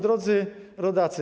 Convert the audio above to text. Drodzy Rodacy!